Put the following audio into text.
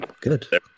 good